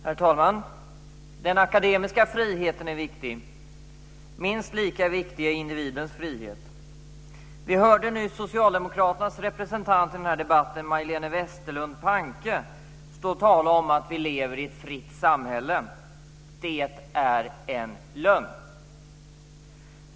Herr talman! Den akademiska friheten är viktig. Minst lika viktig är individens frihet. Vi hörde nyss socialdemokraternas representant i denna debatt, Majléne Westerlund Panke, stå och tala om att vi lever i ett fritt samhälle. Det är en lögn.